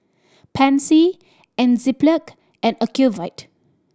Pansy Enzyplex and Ocuvite